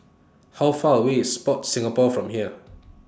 How Far away IS Sport Singapore from here